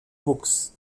books